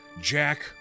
Jack